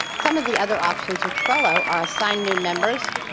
some of the other options with trello are assigned new members,